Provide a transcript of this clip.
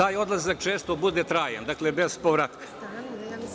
Taj odlazak često bude trajan, dakle bez povratka.